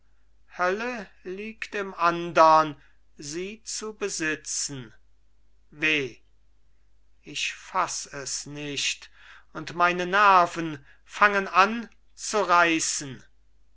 hölle liegt im andern sie zu besitzen weh ich faß es nicht und meine nerven fangen an zu reißen